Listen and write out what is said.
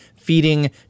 feeding